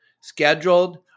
scheduled